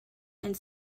and